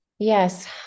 Yes